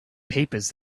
papers